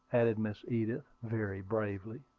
added miss edith, very bravely.